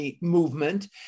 movement